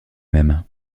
même